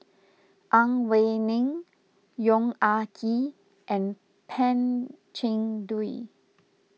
Ang Wei Neng Yong Ah Kee and Pan Cheng Lui